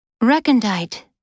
Recondite